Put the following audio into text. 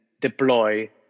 deploy